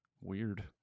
Weird